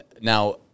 Now